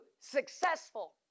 successful